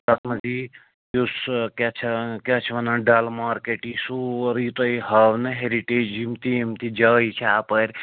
تَتھ منٛز یی یُس کیٛاہ چھِ کیٛاہ چھِ ونان ڈَل مارکیٹ یی سورُے یہِ تۄہہِ ہاونہٕ ہٮ۪رِٹیج یِم تہِ یِم تہِ جایہِ چھےٚ اَپارِ